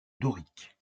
dorique